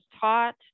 taught